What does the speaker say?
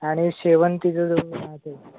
आणि शेवंतीचा जो राहते